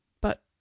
But